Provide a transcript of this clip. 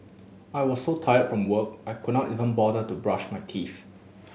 I was so tired from work I could not even bother to brush my teeth